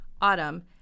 autumn